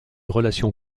relation